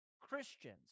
Christians